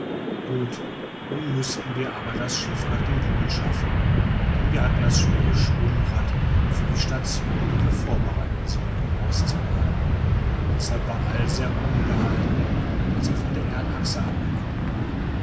gut nun mußten wir aber das schiff nach dem pol schaffen denn wir hatten das schwere schwungrad für die station die wir vorbereiten sollten auszuladen deshalb war all sehr ungehalten daß er von der erdachse abgekommen war